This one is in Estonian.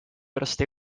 pärast